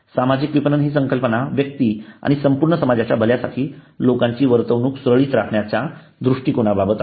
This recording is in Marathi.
सामाजिक विपणन हि संकल्पना व्यक्ती आणि संपूर्ण समाजाच्या भल्यासाठी लोकांची वर्तवणूक सुरळीत राखण्याचा दृष्टीकोनाबाबत आहे